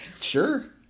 sure